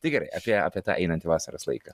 tai gerai apie apie tą einantį vasaros laiką